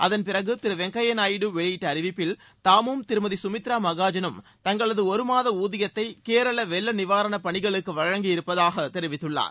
அதன்பிறகு திருவெங்கையா நாயுடு வெளியிட்ட அறிவிட்டில் தாமும் திருமதிகமித்ரா மகாஜனும் தங்களது ஒரு மாத ஊதியத்தை கேரள வெள்ள நிவாரணப் பணிகளுக்கு வழங்கி இருப்பதாக தெரிவித்துள்ளார்